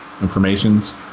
informations